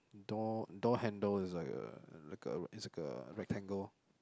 door door handle is like a like a is a rectangle